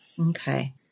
Okay